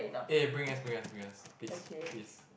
eh bring us bring us bring us please please